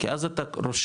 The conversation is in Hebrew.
כי אז אתה רושם,